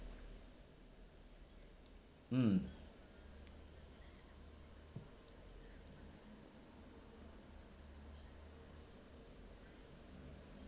mm